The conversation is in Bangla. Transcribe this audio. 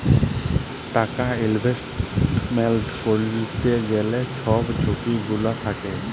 টাকা ইলভেস্টমেল্ট ক্যইরতে গ্যালে ছব ঝুঁকি গুলা থ্যাকে